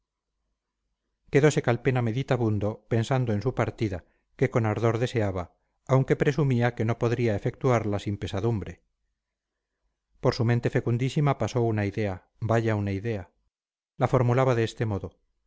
me voy quedose calpena meditabundo pensando en su partida que con ardor deseaba aunque presumía que no podría efectuarla sin pesadumbre por su mente fecundísima pasó una idea vaya una idea la formulaba de este modo